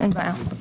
אין בעיה.